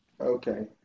Okay